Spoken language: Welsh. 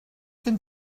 gen